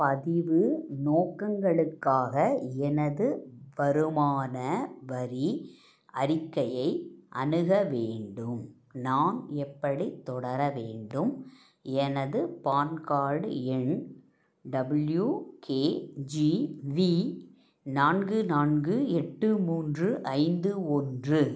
பதிவு நோக்கங்களுக்காக எனது வருமான வரி அறிக்கையை அணுக வேண்டும் நான் எப்படி தொடர வேண்டும் எனது பான் கார்டு எண் டபிள்யு கே ஜி வி நான்கு நான்கு எட்டு மூன்று ஐந்து ஒன்று